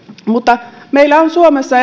mutta meillä on suomessa